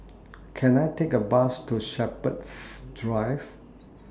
Can I Take A Bus to Shepherds Drive